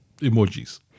emojis